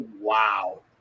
wow